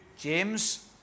James